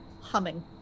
humming